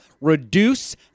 reduce